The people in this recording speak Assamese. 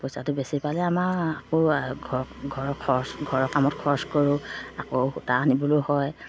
পইচাটো বেছি পালে আমাৰ আকৌ ঘৰ ঘৰৰ খৰচ ঘৰৰ কামত খৰচ কৰোঁ আকৌ সূতা আনিবলৈও হয়